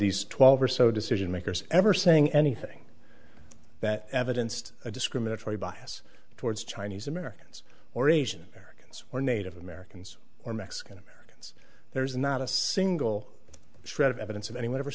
these twelve or so decision makers ever saying anything that evidence to a discriminatory bias towards chinese americans or asian americans or native americans or mexican americans there's not a single shred of evidence of anyone ever